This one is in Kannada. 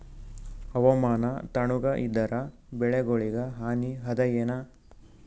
ಹವಾಮಾನ ತಣುಗ ಇದರ ಬೆಳೆಗೊಳಿಗ ಹಾನಿ ಅದಾಯೇನ?